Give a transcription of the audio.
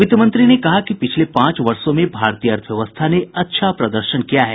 वित्त मंत्री ने कहा कि पिछले पांच वर्षों में भारतीय अर्थव्यवस्था ने अच्छा प्रदर्शन किया है